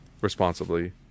responsibly